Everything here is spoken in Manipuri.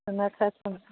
ꯑꯗꯨꯅ ꯈꯔ ꯊꯨꯅ